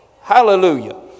Hallelujah